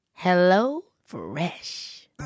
HelloFresh